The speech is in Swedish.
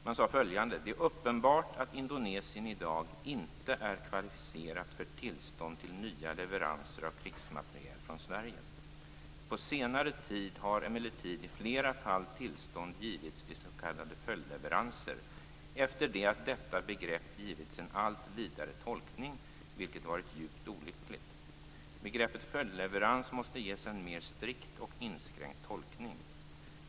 Man sade följande: "Det är uppenbart att Indonesien idag inte är kvalificerat för tillstånd till nya leveranser av krigsmateriel från Sverige. På senare tid har emellertid i flera fall tillstånd givits till s k följdleveranser, efter det att detta begrepp givits en allt vidare tolkning, vilket varit djupt olyckligt. Begreppet följdleverans måste ges en mer strikt och inskränkt tolkning.